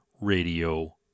radio